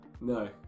No